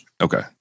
Okay